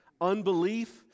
unbelief